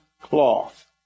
cloth